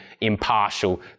impartial